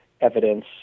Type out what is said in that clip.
evidence